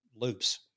loops